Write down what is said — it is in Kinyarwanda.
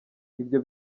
ibyo